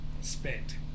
Spent